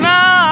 Now